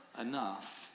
enough